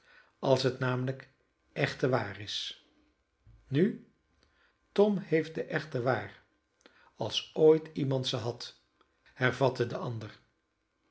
als het namelijk echte waar is nu tom heeft de echte waar als ooit iemand ze had hervatte de ander